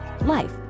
life